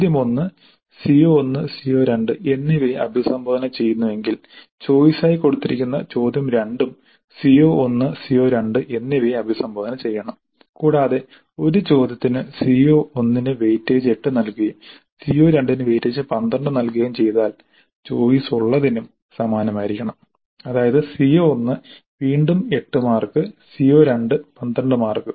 ചോദ്യം 1 CO1 CO2 എന്നിവയെ അഭിസംബോധന ചെയ്യുന്നുവെങ്കിൽ ചോയിസായി കൊടുത്തിരിക്കുന്ന ചോദ്യം 2 ഉം CO1 CO2 എന്നിവയെ അഭിസംബോധന ചെയ്യണം കൂടാതെ ഒരു ചോദ്യത്തിന് CO1 ന് വെയിറ്റേജ് 8 നൽകുകയും CO2 ന് വെയിറ്റേജ് 12 നൽകുകയും ചെയ്താൽ ചോയിസുള്ളതിനും സമാനമായിരിക്കണം അതായത് CO1 വീണ്ടും 8 മാർക്ക് CO2 12 മാർക്ക്